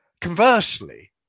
conversely